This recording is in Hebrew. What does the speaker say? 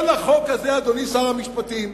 כל החוק הזה, אדוני שר המשפטים,